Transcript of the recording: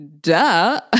duh